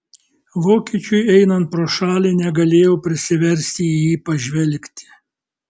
vokiečiui einant pro šalį negalėjau prisiversti į jį pažvelgti